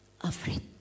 afraid